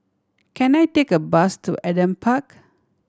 can I take a bus to Adam Park